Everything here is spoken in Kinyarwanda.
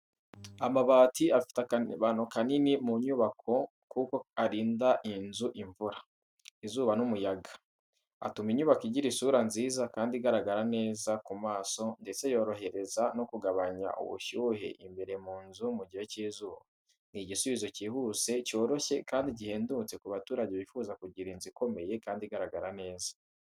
Amabati afite akamaro kanini ku nyubako kuko arinda inzu imvura, izuba n’umuyaga. Atuma inyubako igira isura nziza kandi igaragara neza ku maso, ndetse yorohereza no kugabanya ubushyuhe imbere mu nzu mu gihe cy’izuba. Ni igisubizo cyihuse, cyoroshye kandi gihendutse ku baturage bifuza kugira inzu ikomeye kandi igaragara neza.